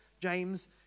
James